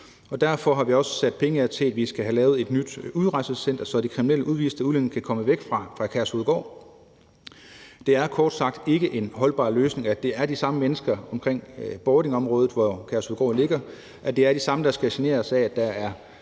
Derfor har vi også sat penge af til, at vi skal have lavet et nyt udrejsecenter, så de kriminelle udviste udlændinge kan komme væk fra Kærshovedgård. Det er kort sagt ikke en holdbar løsning, at det er de samme mennesker i Bordingområdet, hvor Kærshovedgård ligger, der skal generes af, at der er